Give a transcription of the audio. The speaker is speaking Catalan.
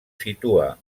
situa